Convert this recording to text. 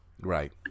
Right